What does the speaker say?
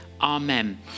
Amen